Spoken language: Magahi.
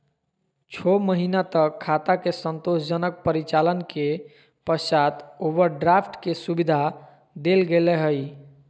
छो महीना तक खाता के संतोषजनक परिचालन के पश्चात ओवरड्राफ्ट के सुविधा देल गेलय हइ